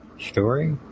story